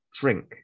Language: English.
drink